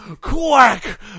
quack